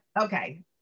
Okay